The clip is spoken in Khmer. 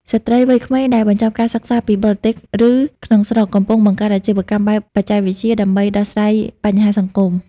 ស្ត្រីវ័យក្មេងដែលបញ្ចប់ការសិក្សាពីបរទេស ឬក្នុងស្រុក កំពុងបង្កើតអាជីវកម្មបែបបច្ចេកវិទ្យា ដើម្បីដោះស្រាយបញ្ហាសង្គម។